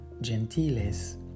gentiles